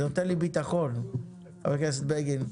זה נותן לי ביטחון, חבר הכנסת בגין.